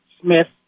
Smith